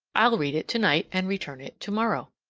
i'll read it tonight and return it tomorrow.